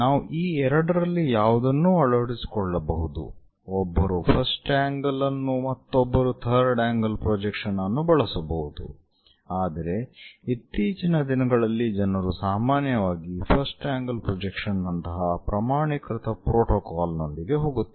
ನಾವು ಈ ಎರಡರಲ್ಲಿ ಯಾವುದನ್ನೂ ಅಳವಡಿಸಿಕೊಳ್ಳಬಹುದು ಒಬ್ಬರು ಫಸ್ಟ್ ಆಂಗಲ್ ಅನ್ನು ಮತ್ತೊಬ್ಬರು ಥರ್ಡ್ ಆಂಗಲ್ ಪ್ರೊಜೆಕ್ಷನ್ ಅನ್ನು ಬಳಸಬಹುದು ಆದರೆ ಇತ್ತೀಚಿನ ದಿನಗಳಲ್ಲಿ ಜನರು ಸಾಮಾನ್ಯವಾಗಿ first angle projection angle projection ನಂತಹ ಪ್ರಮಾಣೀಕೃತ ಪ್ರೋಟೋಕಾಲ್ನೊಂದಿಗೆ ಹೋಗುತ್ತಿದ್ದಾರೆ